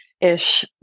ish